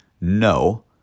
no